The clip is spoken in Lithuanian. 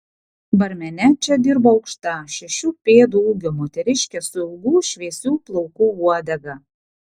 barmene čia dirbo aukšta šešių pėdų ūgio moteriškė su ilgų šviesių plaukų uodega